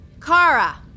Kara